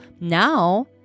now